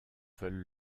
veulent